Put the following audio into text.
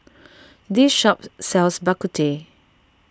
this shop sells Bak Kut Teh